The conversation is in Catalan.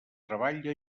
treball